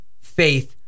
faith